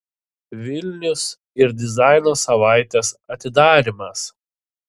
vilnius ir dizaino savaitės atidarymas